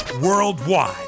worldwide